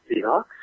Seahawks